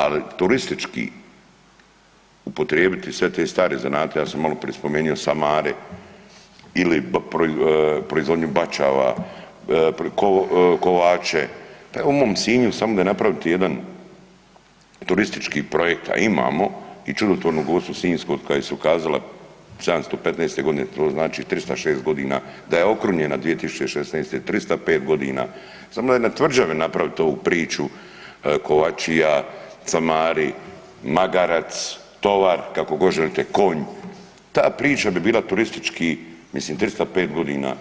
Ali turistički upotrijebiti sve te stare zanate, ja sam maloprije spomenuo samare ili proizvodnju bačava, kovače, pa evo u mom Sinju da je napraviti samo jedan turistički projekt, a imamo i čudotvornu Gospu Sinjsku koja se ukazala 715.g. to znači 306 godina, da je okrunjena 2016., 305 godina samo da je na Tvrđavi napraviti ovu priču kovačija, camari, magarac, tovar kako god želite, konj ta priča bi bila turistički mislim 305 godina